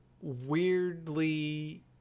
weirdly